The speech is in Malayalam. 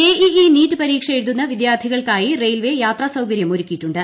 ജെഇഇ നീറ്റ് പരീക്ഷ എഴുതുന്ന വിദ്യാർത്ഥികൾക്കായി റെയിൽവേ യാത്രാസൌകര്യമൊരുക്കിയിട്ടുണ്ട്